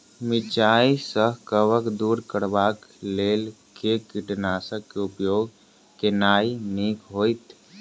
मिरचाई सँ कवक दूर करबाक लेल केँ कीटनासक केँ उपयोग केनाइ नीक होइत?